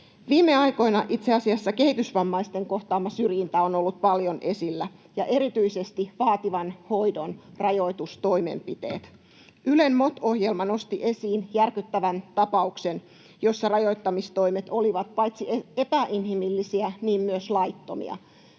itse asiassa kehitysvammaisten kohtaama syrjintä on ollut paljon esillä ja erityisesti vaativan hoidon rajoitustoimenpiteet. Ylen MOT-ohjelma nosti esiin järkyttävän tapauksen, jossa rajoittamistoimet olivat paitsi epäinhimillisiä myös laittomia.